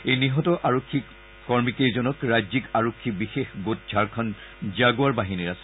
এই নিহত আৰক্ষী কৰ্মীকেইজন ৰাজ্যিক আৰক্ষীৰ বিশেষ গোট ঝাৰখণ্ড জাণ্ডৱাৰ বাহিনীৰ আছিল